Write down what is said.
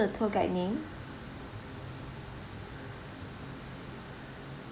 the tour guide's name